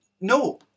No